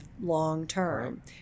long-term